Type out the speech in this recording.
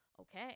Okay